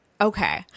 Okay